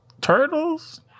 turtles